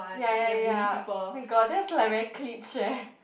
ya ya ya oh-my-god that's like very cliche eh